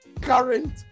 current